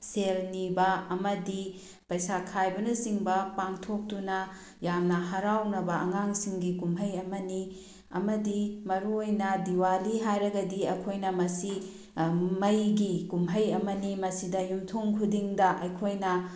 ꯁꯦꯜ ꯅꯤꯕ ꯑꯃꯗꯤ ꯄꯩꯁꯥ ꯈꯥꯏꯕꯅꯆꯤꯡꯕ ꯄꯥꯡꯊꯣꯛꯇꯨꯅ ꯌꯥꯝꯅ ꯍꯔꯥꯎꯅꯕ ꯑꯉꯥꯡꯁꯤꯡꯒꯤ ꯀꯨꯝꯍꯩ ꯑꯃꯅꯤ ꯑꯃꯗꯤ ꯃꯔꯨꯑꯣꯏꯅ ꯗꯤꯋꯥꯂꯤ ꯍꯥꯏꯔꯒꯗꯤ ꯑꯩꯈꯣꯏꯅ ꯃꯁꯤ ꯃꯩꯒꯤ ꯀꯨꯝꯍꯩ ꯑꯃꯅꯤ ꯃꯁꯤꯗ ꯌꯨꯝꯊꯣꯡ ꯈꯨꯗꯤꯡꯗ ꯑꯩꯈꯣꯏꯅ